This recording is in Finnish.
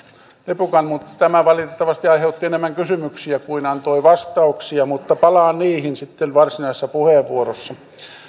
nipukan tämä valitettavasti aiheutti enemmän kysymyksiä kuin antoi vastauksia mutta palaan niihin sitten varsinaisessa puheenvuorossa